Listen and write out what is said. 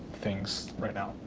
things right now.